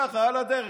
ככה, על הדרך.